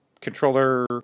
controller